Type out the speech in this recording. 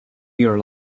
your